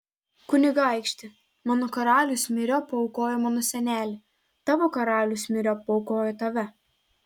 kunigaikšti mano karalius myriop paaukojo mano senelį tavo karalius myriop paaukojo tave